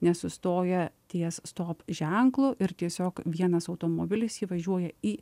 nesustoja ties stop ženklu ir tiesiog vienas automobilis įvažiuoja į